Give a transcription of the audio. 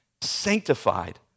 sanctified